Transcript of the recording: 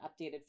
updated